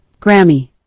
Grammy